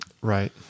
Right